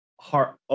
heart